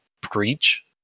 preach